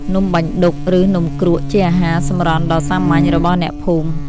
នំបាញ់ឌុក ឬនំគ្រក់ ជាអាហារសម្រន់ដ៏សាមញ្ញរបស់អ្នកភូមិ។